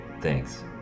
Thanks